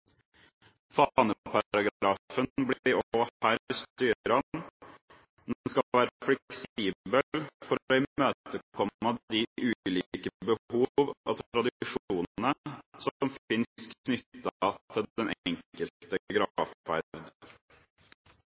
Faneparagrafen blir også her styrende; den skal være fleksibel for å imøtekomme de ulike behov og tradisjoner som finnes knyttet til den enkelte